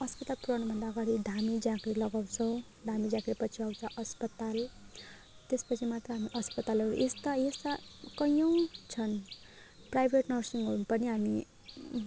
अस्पताल पुऱ्याउनुभन्दा अगाडि धामी झाँक्री लगाउँछौँ धामी झाँक्रीपछि आउँछ अस्पताल त्यसपछि मात्र हामी अस्पतालहरू यस्ता यस्ता कैयौँ छन् प्राइभेट नर्सिङ होम पनि हामी